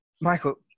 Michael